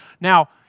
Now